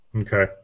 Okay